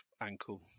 ankle